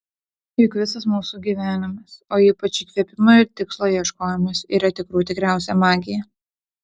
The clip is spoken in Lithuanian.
juk visas mūsų gyvenimas o ypač įkvėpimo ir tikslo ieškojimas ir yra tikrų tikriausia magija